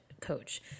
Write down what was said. coach